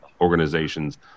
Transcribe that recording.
organizations